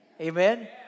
Amen